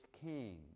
king